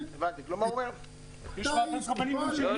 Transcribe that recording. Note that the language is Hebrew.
רגע,